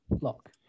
lock